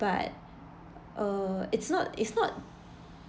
but err it's not it's not